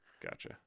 Gotcha